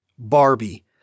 Barbie